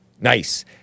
Nice